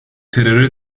teröre